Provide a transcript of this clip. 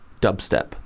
dubstep